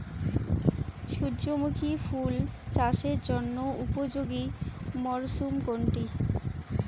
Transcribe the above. সূর্যমুখী ফুল চাষের জন্য উপযোগী মরসুম কোনটি?